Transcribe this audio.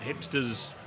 hipsters